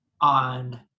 on